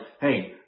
hey